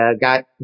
got